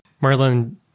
Merlin